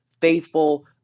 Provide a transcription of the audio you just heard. Faithful